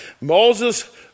Moses